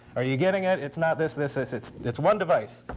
are you getting it? it's not this, this, this. it's it's one device.